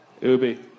Ubi